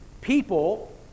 people